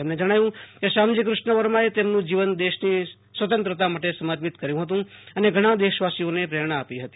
તેમણે જણાવ્યું કે શ્યામજી કૃષ્ણ વર્માએ તેમનું જીવન દેશની સ્વતંત્રતા માટે સમર્પિત કર્યું હતું અને ઘણા દેશવાસીઓને પ્રેરણા આપી હતી